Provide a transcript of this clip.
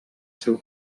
seu